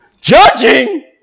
Judging